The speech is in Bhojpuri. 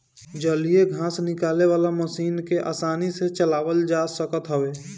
जलीय घास निकाले वाला मशीन के आसानी से चलावल जा सकत हवे